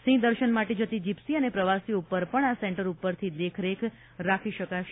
સિંહ દર્શન માટે જતી જીપ્સી અને પ્રવાસીઓ ઉપર પણ આ સેન્ટર ઉપર થી દેખરેખ રાખી શકશે